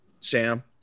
Sam